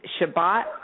Shabbat